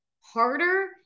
harder